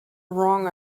wrong